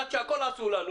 החלטת שהכול עשו לנו.